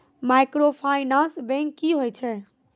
Microfinance bank की होय छै?